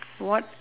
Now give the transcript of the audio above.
what